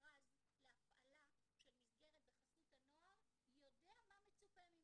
למכרז להפעלה של מסגרת בחסות הנוער יודע מה מצופה ממנו,